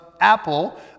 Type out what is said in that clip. apple